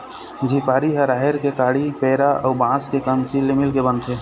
झिपारी ह राहेर के काड़ी, पेरा अउ बांस के कमचील ले मिलके बनथे